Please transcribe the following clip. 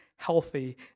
Healthy